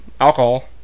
alcohol